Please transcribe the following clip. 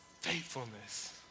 faithfulness